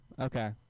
Okay